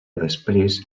després